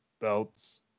belts